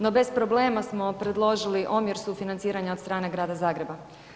No bez problema smo predložili omjer sufinanciranja od strane Grada Zagreba.